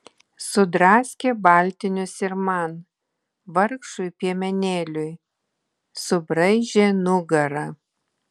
sudraskė baltinius ir man vargšui piemenėliui subraižė nugarą